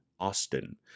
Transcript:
Austin